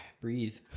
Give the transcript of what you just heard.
Breathe